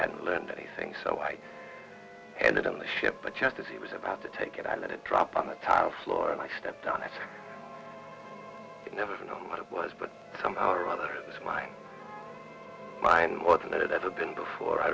hadn't learned anything so i and on the ship but just as he was about to take it i let it drop on the tile floor and i stepped on it you never know what it was but somehow or other it's mine mine wasn't it ever been before i